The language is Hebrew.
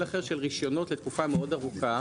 אחר של רישיונות לתקופה מאוד ארוכה,